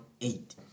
eight